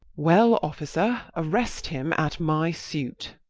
well, officer, arrest him at my suit.